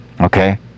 okay